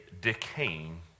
decaying